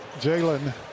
Jalen